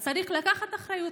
אז צריך פשוט לקחת אחריות,